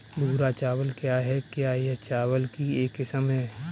भूरा चावल क्या है? क्या यह चावल की एक किस्म है?